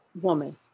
Woman